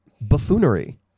Buffoonery